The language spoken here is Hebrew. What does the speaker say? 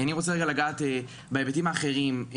אני רוצה לגעת בהיבטים האחרים,